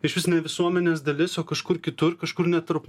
išvis ne visuomenės dalis o kažkur kitur kažkur net tarp